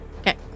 Okay